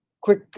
Quick